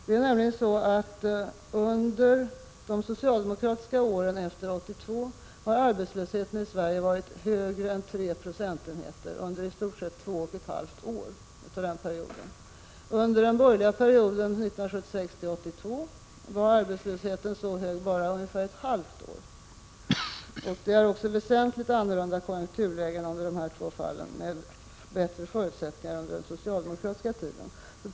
Det är nämligen så att arbetslösheten i Sverige under de socialdemokratiska åren efter 1982 varit högre än tre procentenheter under i stort sett två och ett halvt år. Under den borgerliga perioden 1976-1982 var arbetslösheten så hög bara ungefär under ett halvt år. Det är också väsentligt annorlunda konjunkturlägen i dessa två fall med bättre förutsättningar under den socialdemokratiska tiden.